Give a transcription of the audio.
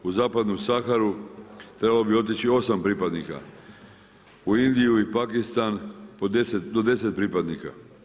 U zapadnu Saharu trebalo bi otići 8 pripadnika, u Indiju i Pakistan do 10 pripadnika.